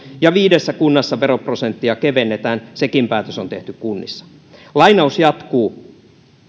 ja viidessä kunnassa veroprosenttia kevennetään sekin päätös on tehty kunnissa lainaus jatkuu